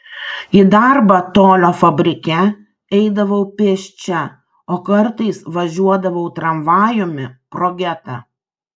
į darbą tolio fabrike eidavau pėsčia o kartais važiuodavau tramvajumi pro getą